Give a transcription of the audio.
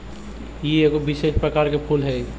ई एगो विशेष प्रकार के फूल हई